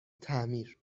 تعمیر